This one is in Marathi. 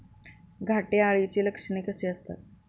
घाटे अळीची लक्षणे कशी असतात?